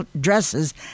dresses